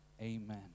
amen